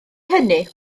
hynny